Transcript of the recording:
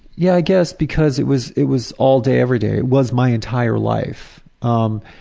yeah i guess, because it was it was all day every day. it was my entire life. um